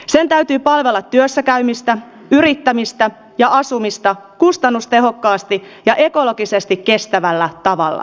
sen täytyy palvella työssäkäymistä yrittämistä ja asumista kustannustehokkaasti ja ekologisesti kestävällä tavalla